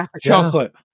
chocolate